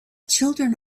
children